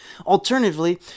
Alternatively